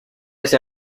ese